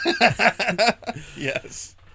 Yes